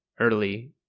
early